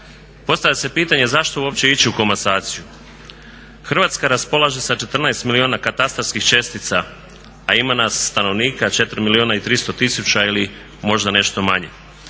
Postavlja se pitanje zašto uopće ići u komasaciju? Hrvatska raspolaže sa 14 milijuna katastarskih čestica, a ima nas stanovnika 4 milijuna i 300 tisuća ili možda nešto manje.